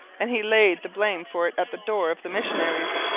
and he laid the blame for it at the door of the missionaries.